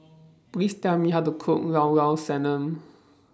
Please Tell Me How to Cook Llao Llao Sanum